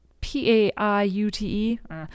P-A-I-U-T-E